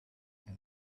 and